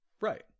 Right